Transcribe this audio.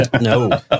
no